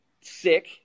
sick